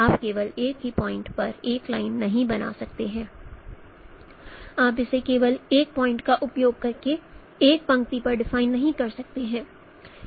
आप केवल एक ही पॉइंट पर एक लाइन नहीं बना सकते हैं आप इसे केवल एक पॉइंट का उपयोग करके एक पंक्ति पर डिफाइन नहीं कर सकते हैं